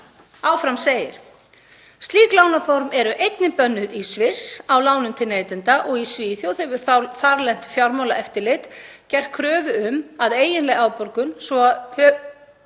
Áfram segir: „Slík lánaform eru einnig bönnuð í Sviss á lánum til neytenda og í Svíþjóð hefur þarlent fjármálaeftirlit gert kröfu um að eiginleg afborgun svo að